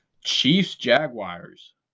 Chiefs-Jaguars